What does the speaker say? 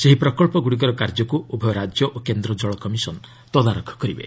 ସେହି ପ୍ରକଳ୍ପଗୁଡ଼ିକର କାର୍ଯ୍ୟକୁ ଉଭୟ ରାଜ୍ୟ ଓ କେନ୍ଦ୍ର ଜଳ କମିଶନ୍ ତଦାରଖ କରିବେ